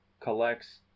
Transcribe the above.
collects